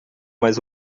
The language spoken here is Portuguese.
mais